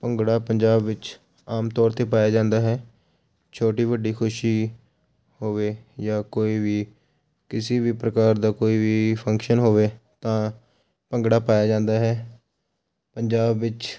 ਭੰਗੜਾ ਪੰਜਾਬ ਵਿੱਚ ਆਮ ਤੌਰ 'ਤੇ ਪਾਇਆ ਜਾਂਦਾ ਹੈ ਛੋਟੀ ਵੱਡੀ ਖੁਸ਼ੀ ਹੋਵੇ ਜਾਂ ਕੋਈ ਵੀ ਕਿਸੇ ਵੀ ਪ੍ਰਕਾਰ ਦਾ ਕੋਈ ਵੀ ਫੰਕਸ਼ਨ ਹੋਵੇ ਤਾਂ ਭੰਗੜਾ ਪਾਇਆ ਜਾਂਦਾ ਹੈ ਪੰਜਾਬ ਵਿੱਚ